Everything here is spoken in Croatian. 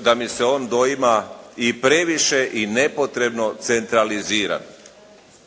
da me se on doima i previše i nepotrebno centralizira.